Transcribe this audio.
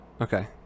Okay